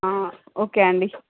okay అండి